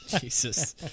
Jesus